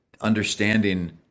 understanding